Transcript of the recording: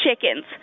chickens